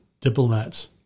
diplomats